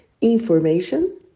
Information